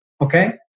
okay